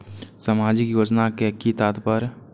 सामाजिक योजना के कि तात्पर्य?